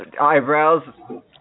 eyebrows